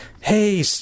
hey